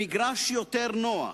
למגרש יותר נוח.